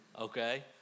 okay